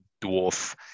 dwarf